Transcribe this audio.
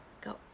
go